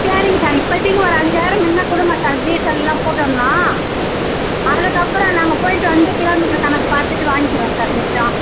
சரிங்க சார் இப்போதிக்கு ஒரு அஞ்சாயிரம் முன்ன கொடுங்க சார் டீசல்லாம் போட்டுட்ணும் அதுக்கப்புறோம் நாங்கள் போயிவிட்டு வந்து கிலோமீட்டர் கணக்கு பார்த்துட்டு வாங்கிக்குறோம் சார் மிச்சம்